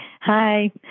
Hi